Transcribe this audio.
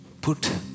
put